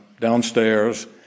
downstairs